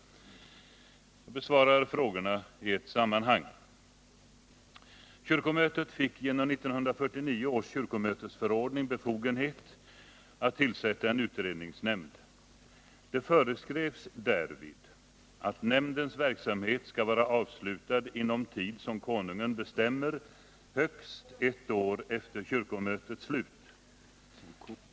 Jag besvarar frågorna i ett sammanhang. Kyrkomötet fick genom 1949 års kyrkomötesförordning befogenhet att tillsätta en utredningsnämnd. Det föreskrevs därvid att ”nämndens verksamhet skall vara avslutad inom tid som Konungen bestämmer, högst ett år efter kyrkomötets slut”.